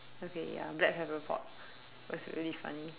okay ya black pepper pot was really funny